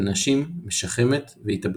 ונשים משחמת והתאבדות.